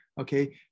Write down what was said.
okay